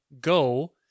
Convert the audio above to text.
go